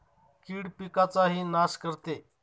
कीड पिकाचाही नाश करते